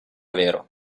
vero